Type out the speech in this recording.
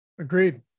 Agreed